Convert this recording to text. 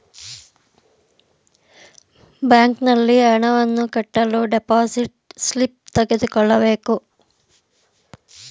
ಬ್ಯಾಂಕಿನಲ್ಲಿ ಹಣವನ್ನು ಕಟ್ಟಲು ಡೆಪೋಸಿಟ್ ಸ್ಲಿಪ್ ತೆಗೆದುಕೊಳ್ಳಬೇಕು